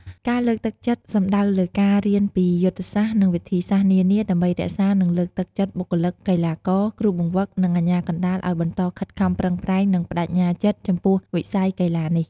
ការលើកទឹកចិត្តសំដៅលើការ រៀនពីយុទ្ធសាស្ត្រ និងវិធីសាស្រ្តនានាដើម្បីរក្សា និងលើកទឹកចិត្តបុគ្គលិក កីឡាករ គ្រូបង្វឹក និងអាជ្ញាកណ្តាលឲ្យបន្តខិតខំប្រឹងប្រែង និងប្តេជ្ញាចិត្តចំពោះវិស័យកីឡានេះ។